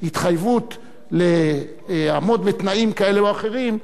התחייבות לעמוד בתנאים כאלה או אחרים,